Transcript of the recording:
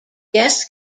guests